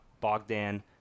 Bogdan